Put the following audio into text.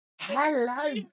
Hello